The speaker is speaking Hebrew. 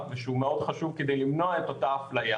ושהוא מאוד חשוב כדי למנוע את אותה אפליה.